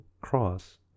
cross